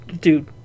Dude